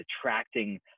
attracting